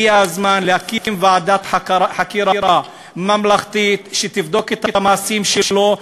הגיע הזמן להקים ועדת חקירה ממלכתית שתבדוק את המעשים שלו,